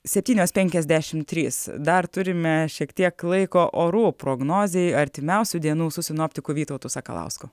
septynios penkiasdešimt trys dar turime šiek tiek laiko orų prognozei artimiausių dienų su sinoptiku vytautu sakalausku